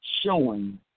showing